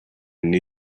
knew